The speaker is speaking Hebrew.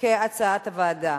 כהצעת הוועדה.